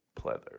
Pleather